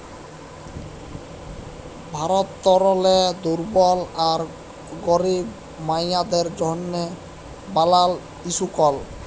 ভারতেরলে দুর্বল আর গরিব মাইয়াদের জ্যনহে বালাল ইসকুল